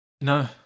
no